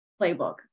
playbook